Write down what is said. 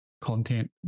content